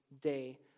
day